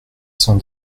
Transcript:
sans